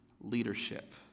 leadership